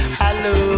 hello